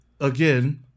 again